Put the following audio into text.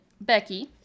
Becky